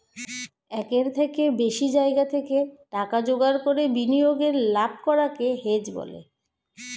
একের থেকে বেশি জায়গা থেকে টাকা জোগাড় করে বিনিয়োগে লাভ করাকে হেজ বলে